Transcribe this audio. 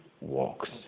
walks